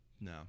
No